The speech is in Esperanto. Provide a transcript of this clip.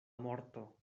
morto